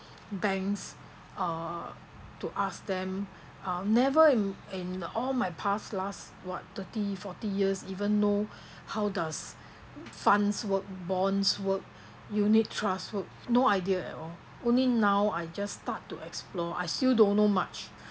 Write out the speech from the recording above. banks uh to ask them uh never in all my past last what thirty forty years even know how does funds work bonds work unit trust work no idea at all only now I just start to explore I still don't know much